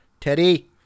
Teddy